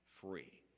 free